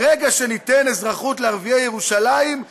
ברגע שניתן אזרחות לערביי ירושלים,